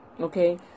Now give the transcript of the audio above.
Okay